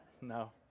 No